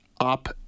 up